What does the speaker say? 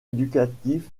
éducatif